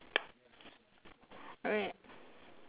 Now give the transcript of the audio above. alright